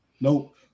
Nope